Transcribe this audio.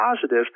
positive